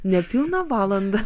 nepilną valandą